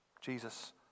Jesus